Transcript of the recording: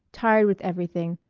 tired with everything,